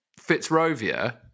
fitzrovia